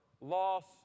loss